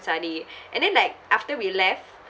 saree and then like after we left